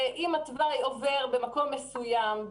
אם התוואי עובר במקום מסוים,